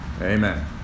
Amen